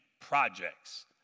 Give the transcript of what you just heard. projects